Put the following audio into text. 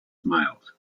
smiled